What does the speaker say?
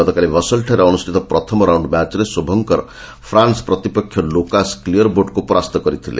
ଗତକାଲି ବସେଲ୍ଠାରେ ଅନୁଷ୍ଠିତ ପ୍ରଥମ ରାଉଣ୍ଡ୍ ମ୍ୟାଚ୍ରେ ଶୁଭଙ୍କର ଫ୍ରାନ୍ନ ପ୍ରତିପକ୍ଷ ଲୁକାସ୍ କ୍ଲିୟରବୋଟ୍ଙ୍କୁ ପରାସ୍ତ କରିଥିଲେ